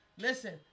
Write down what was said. Listen